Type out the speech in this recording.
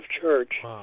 church